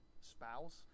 spouse